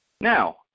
Now